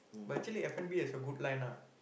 but actually F-and-B is a good line ah